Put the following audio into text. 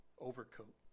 overcoat